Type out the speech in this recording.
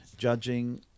judging